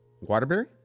Waterbury